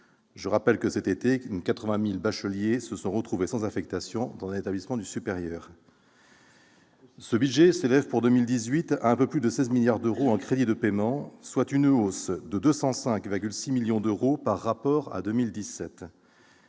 Je rappelle que 90 000 bacheliers se sont retrouvés, cet été, sans affectation dans un établissement du supérieur. Ce budget s'élève pour 2018 à un peu plus de 16 milliards d'euros en crédits de paiement, soit une hausse de 205,6 millions d'euros par rapport à 2017.